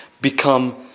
become